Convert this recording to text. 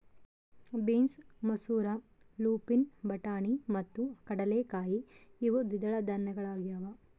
beans ಮಸೂರ lupin ಬಟಾಣಿ ಮತ್ತು ಕಡಲೆಕಾಯಿ ಇವು ದ್ವಿದಳ ಧಾನ್ಯಗಳಾಗ್ಯವ